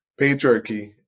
patriarchy